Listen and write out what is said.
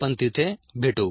आपण तिथे भेटू